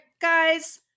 Guys